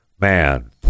Man